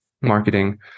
marketing